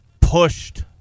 pushed –